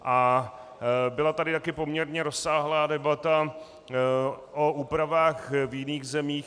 A byla tady také poměrně rozsáhlá debata o úpravách v jiných zemích.